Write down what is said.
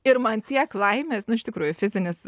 ir man tiek laimės nu iš tikrųjų fizinis